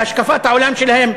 להשקפת העולם שלהם.